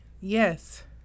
Yes